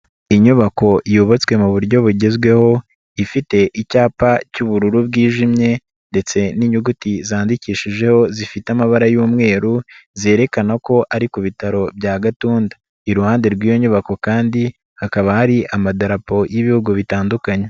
Inyubako yubatswe mu buryo bugezweho ifite icyapa cy'ubururu bwijimye ndetse n'inyuguti zandikishijeho zifite amabara y'umweru zerekana ko ari ku bitaro bya gatunda, iruhande rw'iyo nyubako kandi hakaba hari amadarapo y'ibihugu bitandukanye.